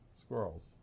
squirrels